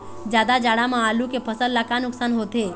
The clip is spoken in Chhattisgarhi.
जादा जाड़ा म आलू के फसल ला का नुकसान होथे?